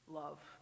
love